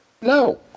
No